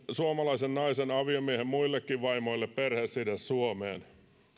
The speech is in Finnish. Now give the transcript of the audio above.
suomalaisen naisen aviomiehen muillekin vaimoille perheside suomeen